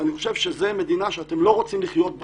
אני חושב שזאת מדינה שאתם לא רוצים לחיות בה.